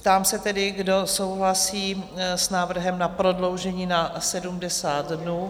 Ptám se tedy, kdo souhlasí s návrhem na prodloužení na 70 dnů.